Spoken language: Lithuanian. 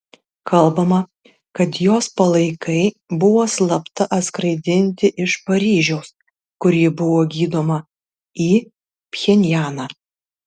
kalbama kad jos palaikai buvo slapta atskraidinti iš paryžiaus kur ji buvo gydoma į pchenjaną